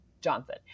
Johnson